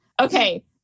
Okay